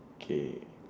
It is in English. okay